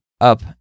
up